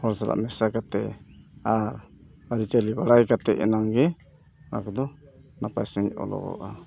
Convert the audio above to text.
ᱦᱚᱲ ᱥᱟᱞᱟᱜ ᱢᱮᱥᱟ ᱠᱟᱛᱮᱫ ᱟᱨ ᱟᱹᱨᱤᱪᱟᱹᱞᱤ ᱵᱟᱲᱟᱭ ᱠᱟᱛᱮᱫ ᱮᱱᱟᱝ ᱜᱮ ᱚᱱᱟ ᱠᱚᱫᱚ ᱱᱟᱯᱟᱭ ᱥᱟᱺᱦᱤᱡ ᱚᱞᱚᱜᱚᱜᱼᱟ